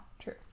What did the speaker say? true